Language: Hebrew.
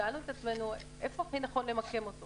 שאלנו את עצמנו היכן הכי נכון למקם אותו